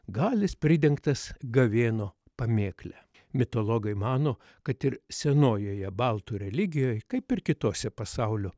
gal jis pridengtas gavėno pamėkle mitologai mano kad ir senojoje baltų religijoj kaip ir kitose pasaulio